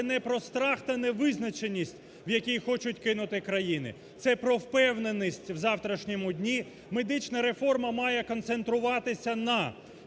це не про страх та невизначеність, в який хочу кинути країну, це про впевненість в завтрашньому дні. Медична реформа має концентруватися на: